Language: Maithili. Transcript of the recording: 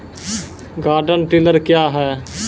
गार्डन टिलर क्या हैं?